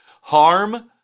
harm